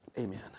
amen